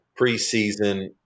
preseason